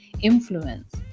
influence